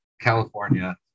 California